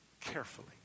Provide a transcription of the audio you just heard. carefully